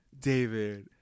David